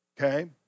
Okay